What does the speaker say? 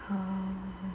oh